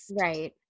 Right